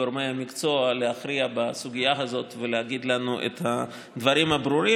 גורמי המקצוע להכריע בסוגיה הזאת ולהגיד לנו את הדברים הברורים.